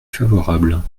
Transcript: favorable